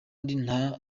nta